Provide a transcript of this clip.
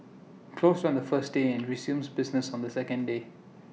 closed on the first day and resumes business on the second day